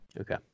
Okay